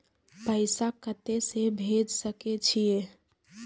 पैसा कते से भेज सके छिए?